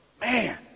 Man